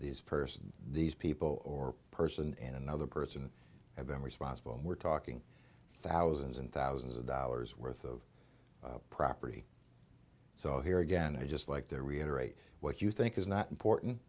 person these people or person and another person have been responsible and we're talking thousands and thousands of dollars worth of property so here again i just like there reiterate what you think is not important